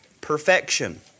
perfection